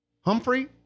Humphrey